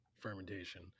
fermentation